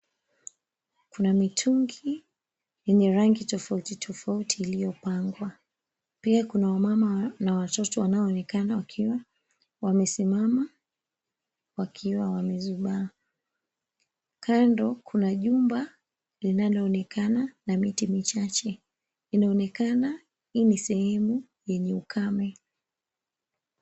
Kuna mitungi yenye rangi tofauti tofauti iliyopangwa. Pia kuna wamama na watoto wanaoonekana wakiwa wamesimama wakiwa wamezubaa. Kando kuna jumba linaloonekana na miti michache. Inaonekana hii sehemu yenye ukame.